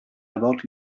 about